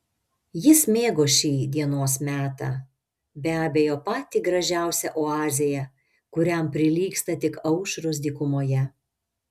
jis mėgo šį dienos metą be abejo patį gražiausią oazėje kuriam prilygsta tik aušros dykumoje